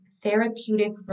therapeutic